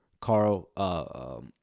Carl